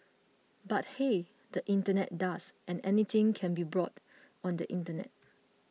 but hey the internet does and anything can be brought on the internet